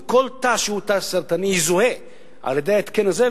וכל תא שהוא תא סרטני יזוהה על-ידי ההתקן הזה,